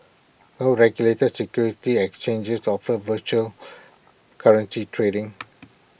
no regulated securities exchanges offer virtual currency trading